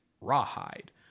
Rawhide